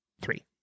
three